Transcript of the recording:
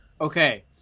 Okay